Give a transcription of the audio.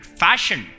fashion